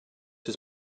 his